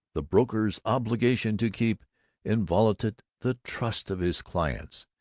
the broker's obligation to keep inviolate the trust of his clients,